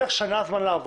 תהיה לך שנה לעבוד